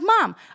mom